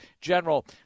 General